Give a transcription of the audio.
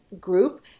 group